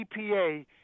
EPA